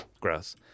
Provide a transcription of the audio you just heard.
Gross